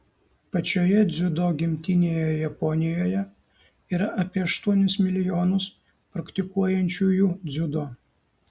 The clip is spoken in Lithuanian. pačioje dziudo gimtinėje japonijoje yra apie aštuonis milijonus praktikuojančiųjų dziudo